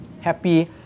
happy